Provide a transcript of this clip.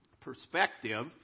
perspective